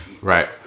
right